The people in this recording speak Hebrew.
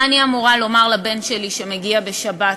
מה אני אמורה לומר לבן שלי שמגיע בשבת?